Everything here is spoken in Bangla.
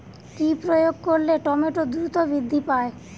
কি প্রয়োগ করলে টমেটো দ্রুত বৃদ্ধি পায়?